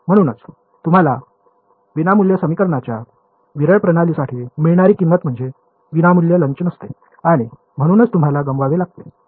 म्हणूनच तुम्हाला विनामुल्य समीकरणांच्या विरळ प्रणालीसाठी मिळणारी किंमत म्हणजे विनामूल्य लंच नसते आणि म्हणूनच तुम्हाला गमवावे लागते